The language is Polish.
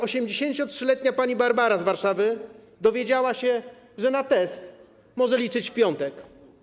83-letnia pani Barbara z Warszawy dowiedziała się, że na test może liczyć w piątek.